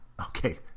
Okay